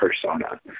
persona